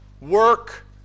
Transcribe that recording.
work